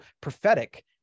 prophetic